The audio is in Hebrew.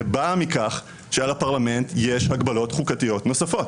באה מכך שעל הפרלמנט יש הגבלות חוקתיות נוספות.